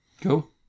Cool